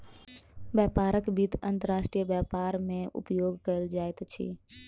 व्यापारक वित्त अंतर्राष्ट्रीय व्यापार मे उपयोग कयल जाइत अछि